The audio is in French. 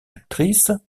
actrice